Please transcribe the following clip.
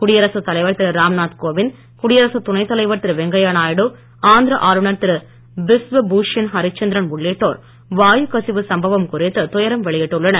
குடியரசு தலைவர் திரு ராம்நாத் கோவிந்த் குடியரசு துணைத் தலைவர் திரு வெங்கைய நாயுடு ஆந்திர ஆளுநர் திரு பிஸ்வ பூஷன் ஹரிச்சந்திரன் உள்ளிட்டோர் வாயுக் கசிவு சம்பவம் குறித்து துயரம் வெளியிட்டுள்ளனர்